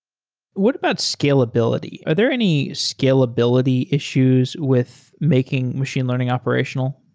what about scalability? are there any scalability issues with making machine learning operational?